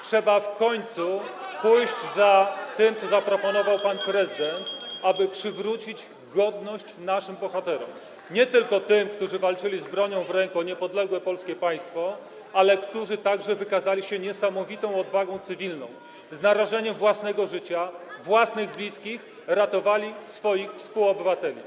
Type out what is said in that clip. Trzeba w końcu pójść za tym, co zaproponował pan prezydent, [[Gwar na sali, dzwonek]] aby przywrócić godność naszym bohaterom: nie tylko tym, którzy z bronią w ręku walczyli o niepodległe polskie państwo, ale także tym, którzy wykazali się niesamowitą odwagą cywilną i z narażeniem własnego życia, własnych bliskich ratowali swoich współobywateli.